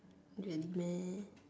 really meh